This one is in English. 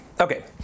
Okay